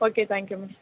okay thank you ma'am